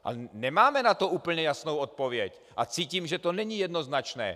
A nemáme na to úplně jasnou odpověď a cítím, že to není jednoznačné.